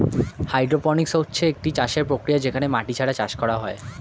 hydroponics হচ্ছে একটি চাষের প্রক্রিয়া যেখানে মাটি ছাড়া চাষ করা হয়